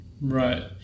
Right